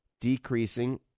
decreasing